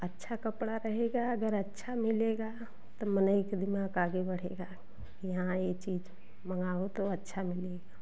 तो अच्छा कपड़ा रहेगा अगर अच्छा मिलेगा तब मनैक दिमाग आगे बढ़ेगा यहाँ यह चीज़ मंगाओ तो अच्छा मिलेगा